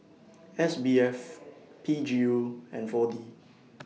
S B F P G U and four D